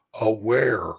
aware